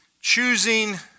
choosing